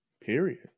Period